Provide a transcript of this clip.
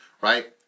right